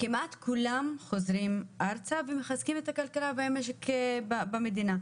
כמעט כולם חוזרים ארצה ומחזקים את הכלכלה והמשק במדינה,